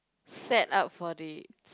setup for the